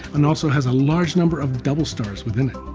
and also has a large number of double stars within it.